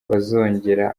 bazongera